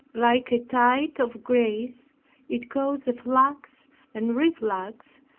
like a tide of grace it caused a flux and reflux,